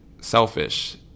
selfish